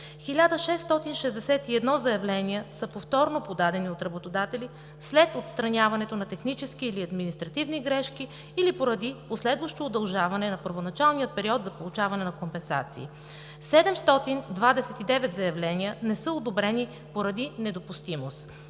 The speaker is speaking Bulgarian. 1661 заявления са повторно подадени от работодатели след отстраняването на технически или административни грешки или поради последващо удължаване на първоначалния период за получаване на компенсации. 729 заявления не са одобрени поради недопустимост,